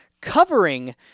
covering